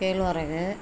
கேழ்வரகு